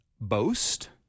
boast